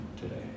today